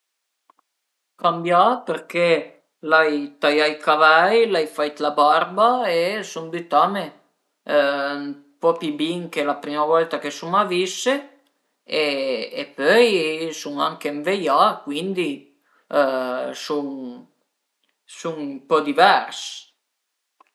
sun nasü a Pineröl però mi sun sempre stait a Bricheras, al e ën post che a m'pias pa, sincerament a m'pias propi pa e l'e da cuandi i sun nasü che stun ënt ün condominio cun cuat famìe e pöi a m'piazerìa andé a ste a Torre Pellice